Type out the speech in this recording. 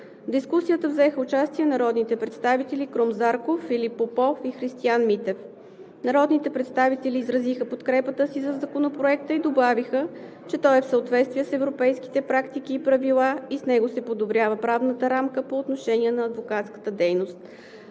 дискусията взеха участие народните представители Крум Зарков, Филип Попов и Христиан Митев. Народните представители изразиха подкрепата си за Законопроекта и добавиха, че той е в съответствие с европейските практики и правила и с него се подобрява правната рамка по отношение на адвокатската дейност.